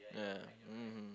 ya mmhmm